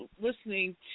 listening